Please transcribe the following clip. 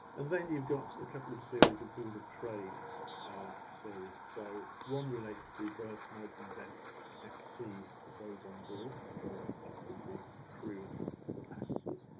and then you've got a couple of series of board of trade series. so one relates to see births, marriages, and death at sea of those on board, so that could be crew or passengers.